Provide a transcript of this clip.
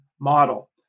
model